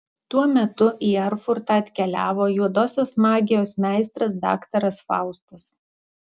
tuo metu į erfurtą atkeliavo juodosios magijos meistras daktaras faustas